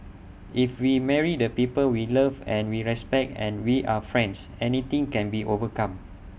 if we marry the people we love and we respect and we are friends anything can be overcome